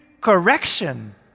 correction